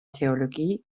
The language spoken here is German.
theologie